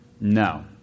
no